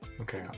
Okay